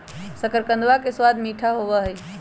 शकरकंदवा के स्वाद मीठा होबा हई